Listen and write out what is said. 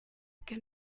can